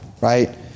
Right